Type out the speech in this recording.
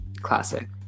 classic